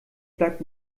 bleibt